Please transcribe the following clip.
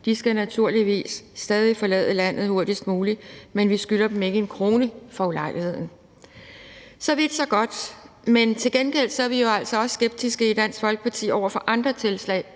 De skal naturligvis stadig forlade landet hurtigst muligt, men vi skylder dem ikke en krone for ulejligheden. Så vidt, så godt. Til gengæld er vi i Dansk Folkeparti også skeptiske over for andre tiltag